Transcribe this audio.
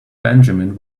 benjamin